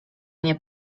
nie